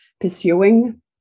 pursuing